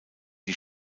die